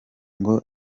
ngo